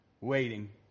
waiting